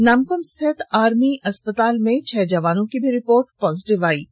नामक्म स्थित army hospital में छह जवानों की भी रिपोर्ट पॉजिटिव आई है